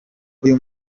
uyu